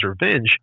Revenge